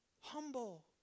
humble